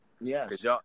Yes